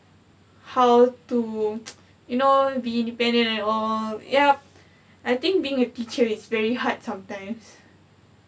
how to you know be independent and all yup I think being a teacher is very hard sometimes